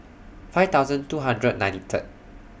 five thousand two hundred ninety Third